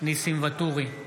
ניסים ואטורי,